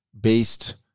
based